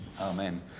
Amen